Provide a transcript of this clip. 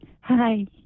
Hi